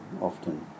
often